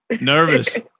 Nervous